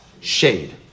shade